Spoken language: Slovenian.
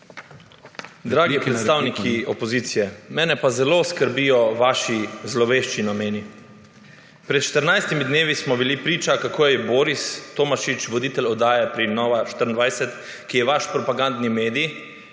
Dragi predstavniki opozicije! Mene pa zelo skrbijo vaši zlovešči nameni. Pred štirinajstimi dnevi smo bili priča kako je Boris Tomašič, voditelj oddaje pri Nova24, ki je vaš propagandni medij,